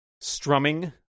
strumming